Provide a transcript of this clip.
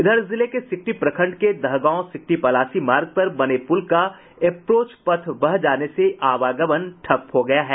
इधर जिले के सिकटी प्रखंड के दहगांव सिकटी पलासी मार्ग पर बने पूल का एप्रोच पथ बह जाने से आवागमन ठप हो गया है